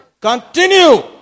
Continue